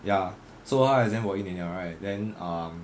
ya so 他 exempt 我一年 liao right then um